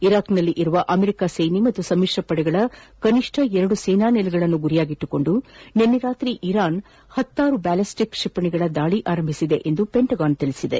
ಇರಾಕ್ನಲ್ಲಿರುವ America ಸೇನಾ ಹಾಗೂ ಸಮಿಶ್ರ ಪಡೆಗಳ ಕನಿಷ್ಠ ಎರಡು ಸೇನಾ ನೆಲೆಗಳನ್ನು ಗುರಿಯಾಗಿಸಿಕೊಂಡು ನಿನ್ನೆ ರಾತ್ರಿ ಇರಾನ್ ಹತ್ತಾರು ಬ್ಯಾಲೆಸ್ಟಿಕ್ ಕ್ಷಿಪಣಿಗಳ ದಾಳಿ ಆರಂಭಿಸಿದೆ ಎಂದು ಪೆಂಟಗಾನ್ ತಿಳಿಸಿದೆ